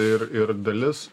ir ir dalis